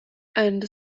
and